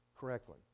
correctly